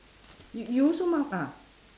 you you also mark ah